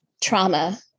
trauma